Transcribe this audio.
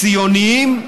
ציונים,